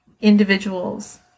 individuals